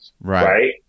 Right